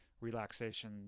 relaxation